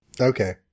Okay